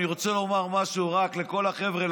אני רק רוצה לומר משהו לכל החבר'ה,